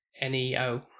N-E-O